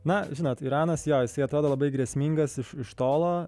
na žinot iranas jo jisai atrodo labai grėsmingas iš iš tolo